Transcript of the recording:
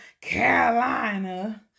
Carolina